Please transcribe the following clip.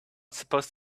supposed